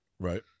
Right